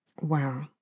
Wow